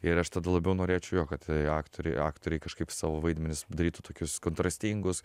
ir aš tada labiau norėčiau jo kad aktoriai aktoriai kažkaip savo vaidmenis darytų tokius kontrastingus